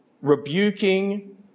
rebuking